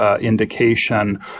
indication